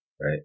right